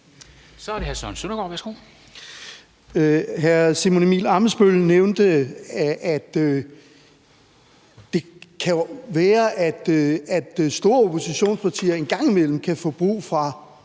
Kl. 10:59 Søren Søndergaard (EL): Hr. Simon Emil Ammitzbøll-Bille nævnte, at det kan være, at store oppositionspartier en gang imellem kan få brug for